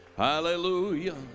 Hallelujah